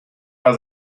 war